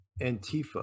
Antifa